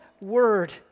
word